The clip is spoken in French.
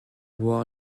voir